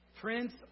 Prince